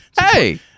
hey